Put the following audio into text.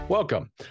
Welcome